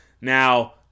Now